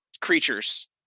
creatures